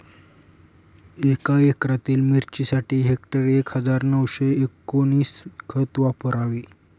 एका एकरातील मिरचीसाठी हेक्टरी एक हजार नऊशे एकोणवीस खत वापरावे